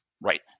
Right